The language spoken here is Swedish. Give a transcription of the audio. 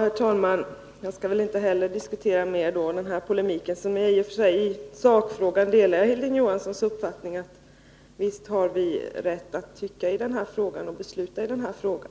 Herr talman! Inte heller jag skall väl fortsätta denna polemik, även om jag i sak delar Hilding Johanssons uppfattning att vi har rätt att framföra uppfattningar om och besluta i denna fråga.